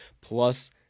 plus